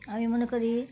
আমি মনে করি